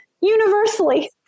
universally